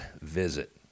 visit